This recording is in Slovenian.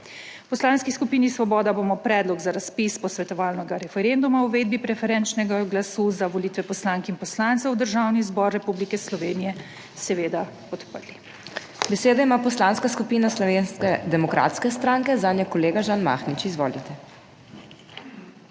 V Poslanski skupini Svoboda bomo predlog za razpis posvetovalnega referenduma o uvedbi preferenčnega glasu za volitve poslank in poslancev v Državni zbor Republike Slovenije seveda podprli. **PODPREDSEDNICA MAG. MEIRA HOT:** Besedo ima Poslanska skupina Slovenske demokratske stranke, zanjo kolega Žan Mahnič. Izvolite.